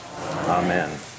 Amen